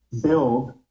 build